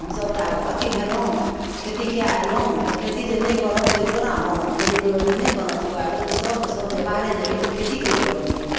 हमसब तऽ आब अथि भेलहुँ खेती कए एलहुँ तऽ खेती जे नहि करब से कोना बनत खेती बेगर तऽ नहि बनत बाहरो तऽ सब ने सब जे बाहरे जेबही तऽ खेतीके करतै